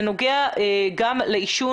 זה נוגע גם לעישון.